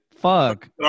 Fuck